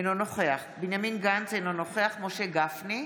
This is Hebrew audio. אינו נוכח בנימין גנץ, אינו נוכח משה גפני,